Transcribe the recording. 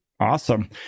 Awesome